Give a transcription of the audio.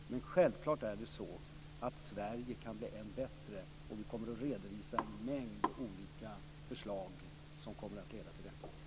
Men det är självfallet så att Sverige kan bli ännu bättre. Vi kommer att redovisa en mängd olika förslag som kommer att leda till detta.